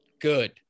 good